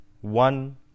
one